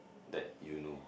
that you know